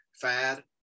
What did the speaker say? fad